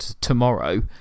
tomorrow